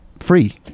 free